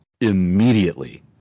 immediately